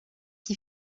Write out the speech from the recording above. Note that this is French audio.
qui